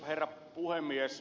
herra puhemies